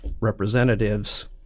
representatives